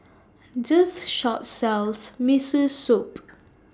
This Shop sells Miso Soup